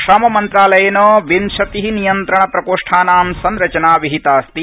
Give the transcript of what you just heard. श्रममन्त्रालयेन विंशति नियंत्रण प्रकोष्ठानां संरचना विहितास्ति